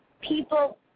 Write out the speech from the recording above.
people